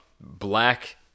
Black